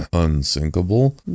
Unsinkable